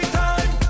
time